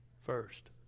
first